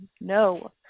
no